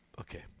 Okay